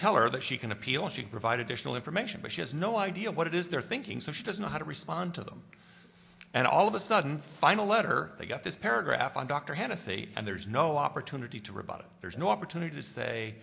tell her that she can appeal if she provide additional information but she has no idea what it is they're thinking so she doesn't know how to respond to them and all of a sudden final letter they got this paragraph on dr hennessy and there's no opportunity to rebut it there's no opportunity